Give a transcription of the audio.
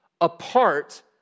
apart